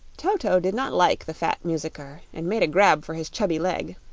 toto did not like the fat musicker and made a grab for his chubby leg.